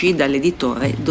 dall'editore